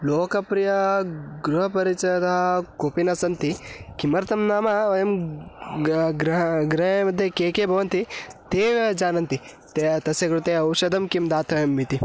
लोकप्रियाः गृहपरिचदः कोपि न सन्ति किमर्थं नाम वयं गृहं गृहे मध्ये के के भवन्ति ते एव जानन्ति तया तस्य कृते औषधं किं दातव्यम् इति